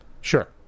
Sure